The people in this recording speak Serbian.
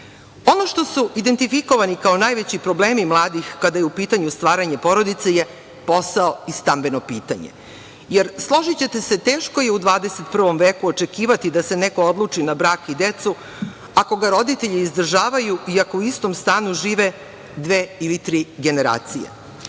što su identifikovani kao najveći problemi mladih kada je u pitanju stvaranje porodice je posao i stambeno pitanje, jer složićete se, teško je u 21. veku očekivati da se neko odluči na brak i decu ako ga roditelji izdržavaju i ako u istom stanu žive dve ili tri generacije. Svesna